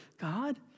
God